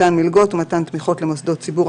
מתן מלגות לתלמידים ומתן תמיכות למוסדות ציבור,